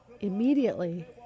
Immediately